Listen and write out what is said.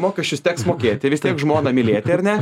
mokesčius teks mokėti vis tiek žmoną mylėti ar ne